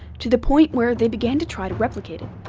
to the point where they began to try to replicate it.